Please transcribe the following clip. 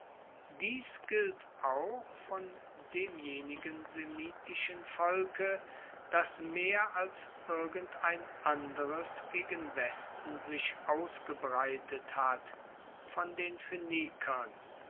dies gilt auch von demjenigen semitischen volke das mehr als irgendein anderes gegen westen sich ausgebreitet hat von den